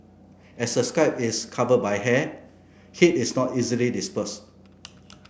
as the scalp is covered by hair heat is not easily dispersed